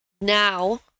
now